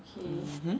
mmhmm